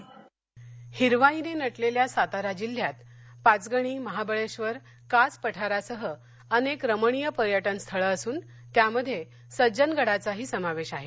Sajjangad ropeway हिरवाईने नटलेल्या सातारा जिल्ह्यात पाचगणी महाबळेश्वर कास पठारासह अनेक रमणीय पर्यटन स्थळ असून त्यामध्ये सज्जनगडाचा ही समावेश आहे